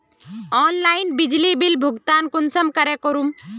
Online बिजली bill भुगतान कुंसम करे करूम?